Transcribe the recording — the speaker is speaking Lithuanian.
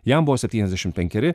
jam buvo septyniasdešimt penkeri